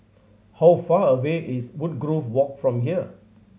how far away is Woodgrove Walk from here